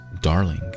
darling